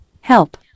help